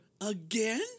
Again